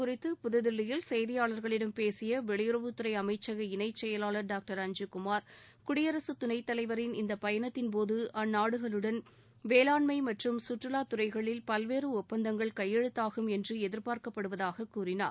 குறித்து புதுதில்லியில் செய்தியாளர்களிடம் பேசிய வெளியறவுத்துறை அமைச்சக இது இணைச்செயலாளர் டாக்டர் அஞ்சுகுமார் குடியரசுத் துணைத்தலைவரின் இந்த பயணத்தின்போது அந்நாடுகளுடன் வேளாண்மை மற்றும் கற்றுவாத் துறைகளில் பல்வேறு ஒப்பந்தங்கள் கையெழுத்தாகும் என்று எதிர்பார்க்கப்படுவதாக கூறினார்